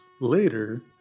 later